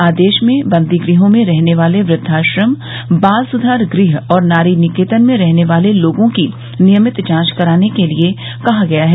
आदेश में बंदीगृहों में रहने वाले वृद्वाश्रम बाल सुधार गृह और नारी निकेतन में रहने वाले लोगों की नियमित जांच कराने के लिये कहा गया है